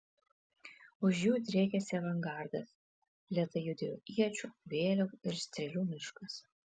už jų driekėsi avangardas lėtai judėjo iečių vėliavų ir strėlių miškas